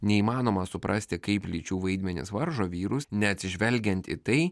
neįmanoma suprasti kaip lyčių vaidmenys varžo vyrus neatsižvelgiant į tai